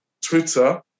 Twitter